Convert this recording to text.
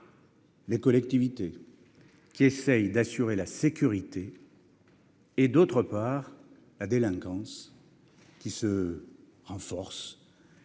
les collectivités qui essayent d'assurer la sécurité. Et d'autre part, la délinquance qui se renforce.